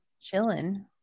chilling